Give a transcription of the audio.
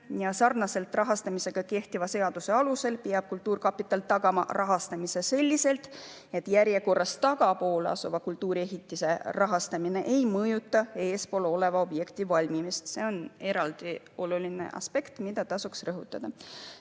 Sarnaselt rahastamisega kehtiva seaduse alusel peab kultuurkapital tagama rahastamise selliselt, et järjekorras tagapool asuva kultuuriehitise rahastamine ei mõjuta eespool oleva objekti valmimist. See on eraldi oluline aspekt, mida tasuks rõhutada.